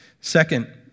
Second